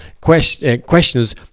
questions